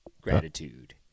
gratitude